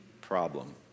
problem